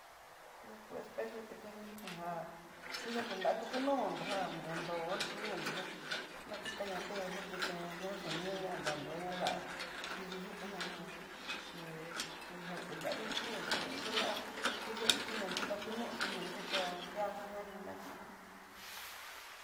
Ná ko espejó tá kuini já kuina juntandó kunó nrannró o no'o kununró ngia, ná kutanña té jan tiché ñiá xhi niuña dandoña lá'a, idi yu'u uña ján té jakudandó kunrukó lunnró la'a, kuyundó xhi naxiká kunundó naxika nriájan na nii nanrí ján.